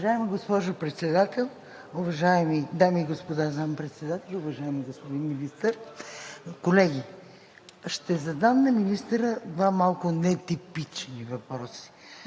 Уважаема госпожо Председател, уважаеми дами и господа заместник-председатели, уважаеми господин Министър, колеги! Ще задам на министъра два малко нетипични въпроси.